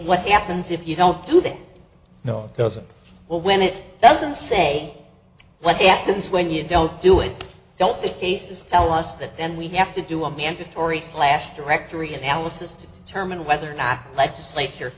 what happens if you don't do that no doesn't when it doesn't say what happens when you don't do it don't the cases tell us that then we have to do a mandatory slash directory analysis to determine whether or not legislature